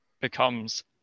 becomes